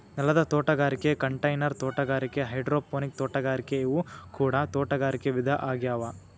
ನೆಲದ ತೋಟಗಾರಿಕೆ ಕಂಟೈನರ್ ತೋಟಗಾರಿಕೆ ಹೈಡ್ರೋಪೋನಿಕ್ ತೋಟಗಾರಿಕೆ ಇವು ಕೂಡ ತೋಟಗಾರಿಕೆ ವಿಧ ಆಗ್ಯಾವ